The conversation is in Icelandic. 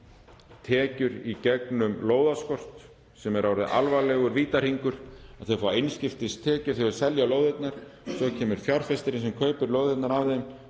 sér tekjur í gegnum lóðaskort sem er orðinn alvarlegur vítahringur. Þau fá einskiptistekjur þegar þau selja lóðirnar. Svo kemur fjárfestirinn sem kaupir lóðirnar af þeim,